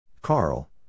Carl